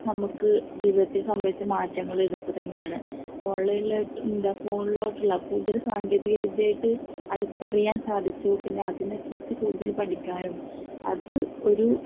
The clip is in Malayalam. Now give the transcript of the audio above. നമുക്കു ജീവിതത്തിൽ സംഭവിച്ച മാറ്റങ്ങള് ഇതൊക്കെ തന്നെയാണ് ഓൺലൈനിലായിട്ടും എന്താണ് ഫോണിലായിട്ടുള്ള കൂടുതല് സാങ്കേതികവിദ്യയായിട്ട് അടുത്തറിയാൻ സാധിച്ചു പിന്നെ അതിനെക്കുറിച്ചു കൂടുതൽ പഠിക്കാനും അത് ഒരു